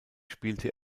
spielte